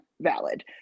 valid